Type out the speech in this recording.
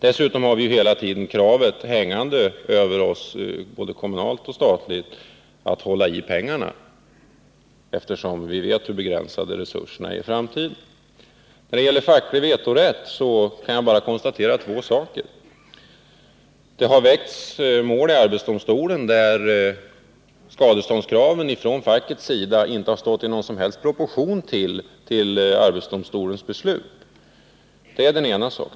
Dessutom har vi både på kommunalt och på statligt håll kravet hängande över oss att hålla i pengarna, eftersom vi vet hur begränsade resurserna är i framtiden. När det gäller den fackliga vetorätten kan jag bara konstatera två saker. Den första är att i arbetsdomstolen har behandlats mål, där skadeståndskraven från facket inte har stått i någon som helst proportion till arbetsdomstolens domar.